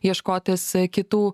ieškotis kitų